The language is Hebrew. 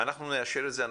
אנחנו נאשר את זה.